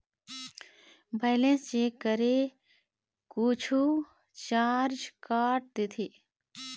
Balance check करें कुछू charge काट देथे?